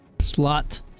Slot